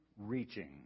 reaching